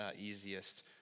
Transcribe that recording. easiest